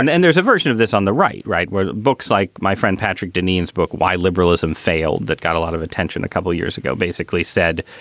and and there's a version of this on the right. right, where books like my friend patrick denene book, why liberalism failed. that got a lot of attention a couple years ago, basically said,